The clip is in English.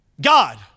God